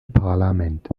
parlament